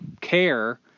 care